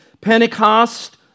Pentecost